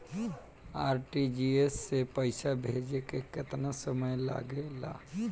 RTGS से पैसा भेजे में केतना समय लगे ला?